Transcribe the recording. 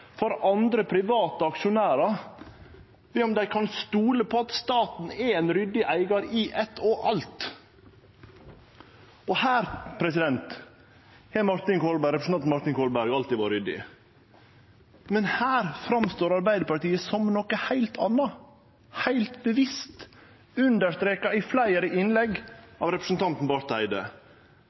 for andre, private, aksjonærar ved om dei kan stole på at staten er ein ryddig eigar i eitt og alt. I dette har representanten Martin Kolberg alltid vore ryddig. Men her framstår Arbeidarpartiet som noko heilt anna, heilt bevisst, òg understreka i fleire innlegg av representanten Barth Eide.